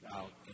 out